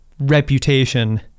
reputation